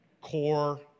core